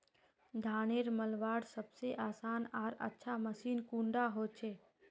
धानेर मलवार सबसे आसान आर अच्छा मशीन कुन डा होचए?